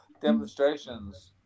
Demonstrations